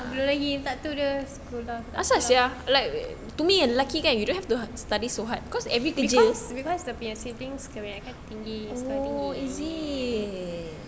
popular lagi tak student school dah because because dia punya siblings kebanyakan tinggi sekolah tinggi